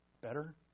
better